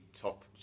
top